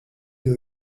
you